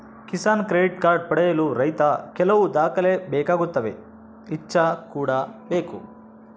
Kisan credit card ಪಡೆಯಲು ರೈತ ಕೆಲವು ದಾಖಲೆ ಬೇಕಾಗುತ್ತವೆ ಇಚ್ಚಾ ಕೂಡ ಬೇಕು